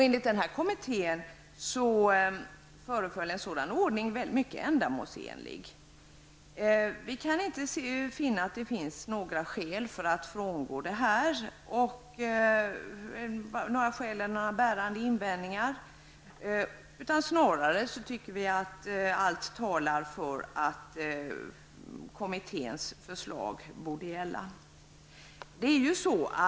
Enligt denna kommitté föreföll en sådan ordning mycket ändamålsenlig. Vi kan inte finna några skäl till att frångå detta förslag eller några bärande invändningar. Vi anser snarare att allt talar för att kommitténs förslag borde gälla.